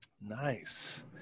Nice